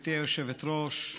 גברתי היושבת-ראש,